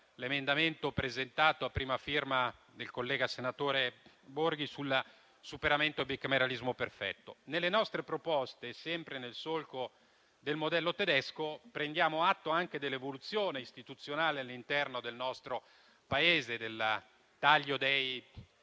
sull'emendamento a prima firma del collega senatore Borghi, relativo al superamento del bicameralismo perfetto. Nelle nostre proposte, sempre nel solco del modello tedesco, prendiamo atto dell'evoluzione istituzionale all'interno del nostro Paese, del taglio dei